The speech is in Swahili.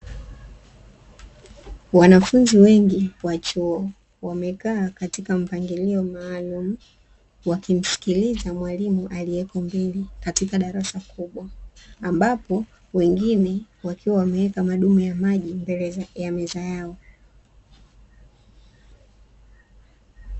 Wanafunzi wengi wa chuo wamekaa katika mpangilio maalumu, wakimsikiliza mwalimu aliyeko mbele katika darasa kubwa, ambapo wengine wakiwa wameweka madumu ya maji mbele ya meza yao.